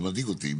זה מדאיג אותי,